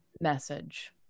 message